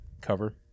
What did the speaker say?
cover